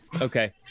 okay